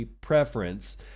preference